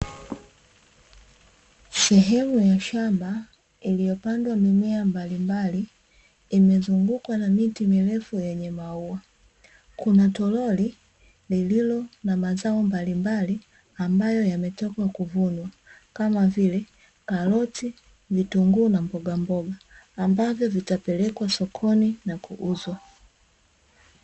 Sehemu ya shamba iliyopandwa mimea mbalimbali, imezungukwa na miti mirefu yenye maua, kuna toroli lililo na mazao mbalimbali ambayo yametoka kuvunwa kama vile; karoti, vitunguu na mbogamboga, ambavyo vitapelekwa sokoni na kuuzwa.